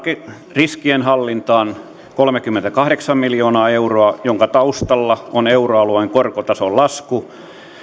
riskienhallintaan kolmekymmentäkahdeksan miljoonaa minkä taustalla on euroalueen korkotason lasku